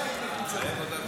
להתנגד?